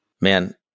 Man